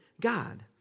God